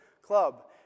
club